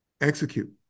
Execute